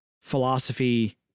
philosophy